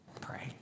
pray